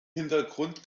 hintergrund